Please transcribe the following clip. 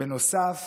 אתה מודאג?